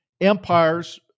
empires